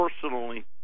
personally